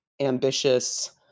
ambitious